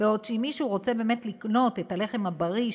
אבל אם מישהו רוצה לקנות את הלחם הבריא,